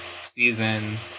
season